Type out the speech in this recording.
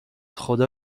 خدا